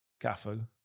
Cafu